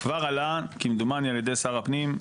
כבר עלה כמדומני על ידי שר הפנים,